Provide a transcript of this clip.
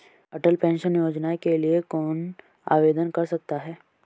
अटल pension योजना के लिए कौन आवेदन कर सकता है?